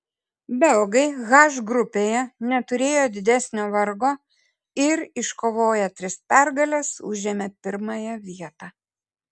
belgai h grupėje neturėjo didesnio vargo ir iškovoję tris pergales užėmė pirmąją vietą